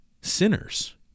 sinners